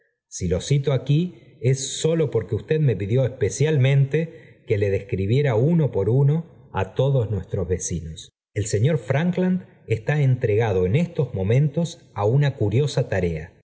si lo cito aquí es sólo porque usted me pidió especialmente que le describiera uno por uno á todos nuestros vecinos el señor frankland está entregado en estos momentos á una curiosa tarea